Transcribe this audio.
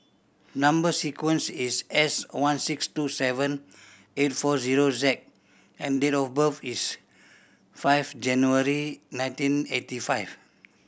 number sequence is S one six two seven eight four zero Z and date of birth is five January nineteen eighty five